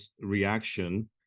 reaction